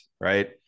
right